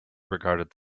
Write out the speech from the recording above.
regarded